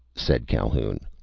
said calhoun,